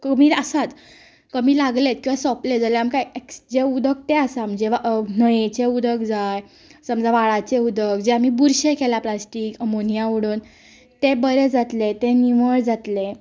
कमी आसाच कमी लागलेत किंवा सोंपले जाल्या आमकां एक्स जें उदक तें आसा म्हणजे न्हंयेचें उदक जावं समजा व्हाळाचें उदक जें आमी बुरशें केलां प्लास्टीक अमोनिया उडोन तें बरें जातलें तें निवळ जातलें